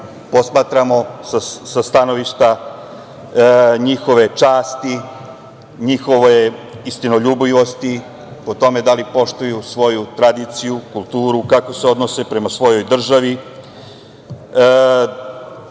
posmatramo sa stanovišta njihove časti, njihove istinoljubivosti, po tome da li poštuju svoju tradiciju, kulturu i kako se odnose prema svojoj državi,